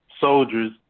soldiers